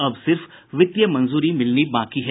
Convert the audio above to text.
अब सिर्फ वित्तीय मंजूरी मिलनी बाकी है